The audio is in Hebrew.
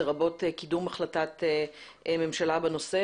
לרבות קידום החלטת ממשלה בנושא,